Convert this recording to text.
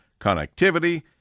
connectivity